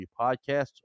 Podcasts